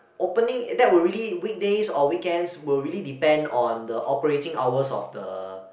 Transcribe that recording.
opening that would really weekdays or weekends will really depend on the operating hours of the